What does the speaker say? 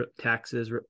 taxes